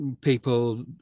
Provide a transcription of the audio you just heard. people